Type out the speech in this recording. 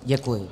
Děkuji.